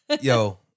yo